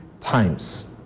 times